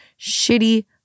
shitty